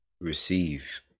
receive